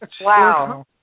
Wow